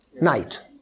night